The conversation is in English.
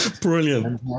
Brilliant